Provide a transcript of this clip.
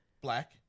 black